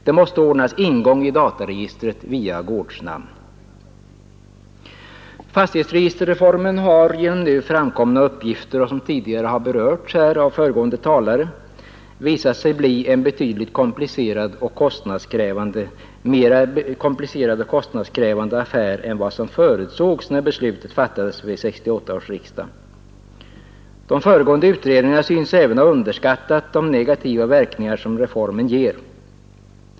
Det måste ordnas ingång i dataregistret via gårdsnamn. Fastighetsregisterreformen har genom nu framkomna uppgifter, som har berörts av föregående talare, visat sig bli en betydligt mer komplicerad och kostnadskrävande affär än vad som förutsågs, när beslutet fattades av 1968 års riksdag. De föregående utredningarna syns även ha underskattat de negativa verkningar som reformen ger.